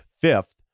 fifth